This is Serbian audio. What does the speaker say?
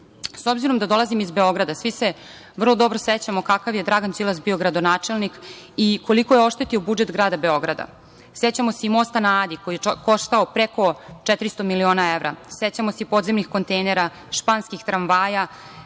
S obzirom da dolazim iz Beograda, svi se vrlo dobro sećamo kakav je Dragan Đilas bio gradonačelnik i koliko je oštetio budžet grada Beograda. Sećamo se i mosta na Adi koji je koštao preko 400 miliona evra, sećamo se i podzemnih kontejnera, španskih tramvaja,